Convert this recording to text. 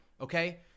okay